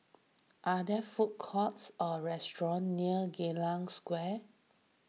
are there food courts or restaurants near Geylang Square